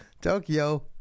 tokyo